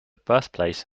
birthplace